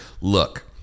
look